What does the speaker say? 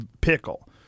pickle